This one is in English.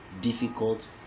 difficult